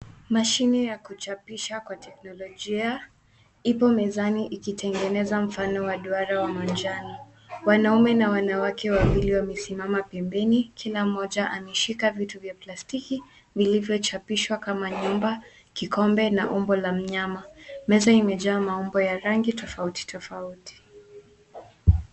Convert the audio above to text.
Mashine ya kuchapisha kwa teknolojia ipo mezani ikitengeneza mfano wa duara wa manjano. Wanaume na wanawake wawili wamesimama pembeni, kila mmoja ameshika vitu vya plastiki vilivyochapishwa kama nyumba, kikombe na umbo la mnyama. Meza imejaa maumbo ya rangi tofauti tofauti.